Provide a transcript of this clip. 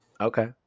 Okay